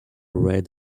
red